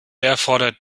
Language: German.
erfordert